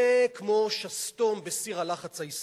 זה כמו שסתום בסיר הלחץ הישראלי,